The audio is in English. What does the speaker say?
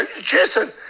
Jason